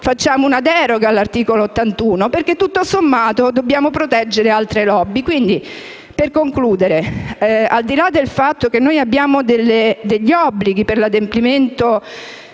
facciamo una deroga all'articolo 81, perché tutto sommato dobbiamo proteggere altre *lobby*. Al di là del fatto che abbiamo degli obblighi per l'adempimento